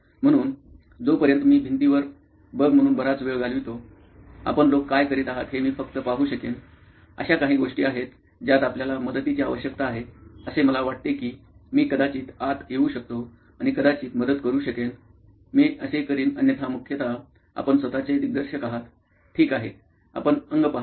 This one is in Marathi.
म्हणून जोपर्यंत मी भिंतीवर बग म्हणून बराच वेळ घालवितो आपण लोक काय करीत आहात हे मी फक्त पाहू शकेन अशा काही गोष्टी आहेत ज्यात आपल्याला मदतीची आवश्यकता आहे असे मला वाटते की मी कदाचित आत येऊ शकतो आणि कदाचित मदत करू शकेन मी असे करीन अन्यथा मुख्यतः आपण स्वत चे दिग्दर्शक आहात ठीक आहे आपण अगं पहा